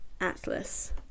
Atlas